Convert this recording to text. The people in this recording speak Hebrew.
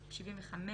75,